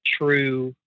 true